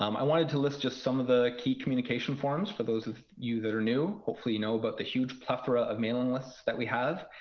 um i wanted to list just some of the key communication forms for those of you that are new. hopefully you know about the huge plethora of mailing lists that we have.